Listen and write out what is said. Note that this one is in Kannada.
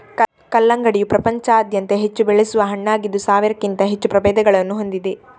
ಕಲ್ಲಂಗಡಿಯು ಪ್ರಪಂಚಾದ್ಯಂತ ಹೆಚ್ಚು ಬೆಳೆಸುವ ಹಣ್ಣಾಗಿದ್ದು ಸಾವಿರಕ್ಕಿಂತ ಹೆಚ್ಚು ಪ್ರಭೇದಗಳನ್ನು ಹೊಂದಿದೆ